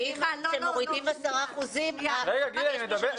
האם אתם מורידים 10 אחוזים ומצמצמים את המספר?